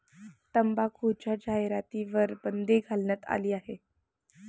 तंबाखूच्या जाहिरातींवर बंदी घालण्यात आली आहे